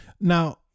Now